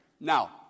Now